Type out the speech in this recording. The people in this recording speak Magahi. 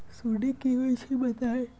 सुडी क होई छई बताई?